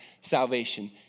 salvation